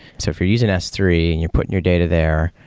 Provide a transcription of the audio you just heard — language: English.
so if you're using s three and you're putting your data there,